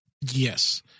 Yes